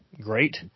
Great